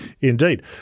Indeed